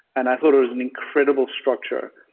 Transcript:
and i thought it was an incredible structure.